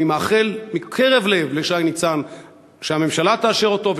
אני מאחל מקרב לב לשי ניצן שהממשלה תאשר את מינויו,